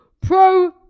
pro